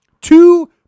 two